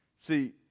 See